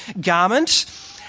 garment